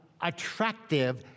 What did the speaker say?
attractive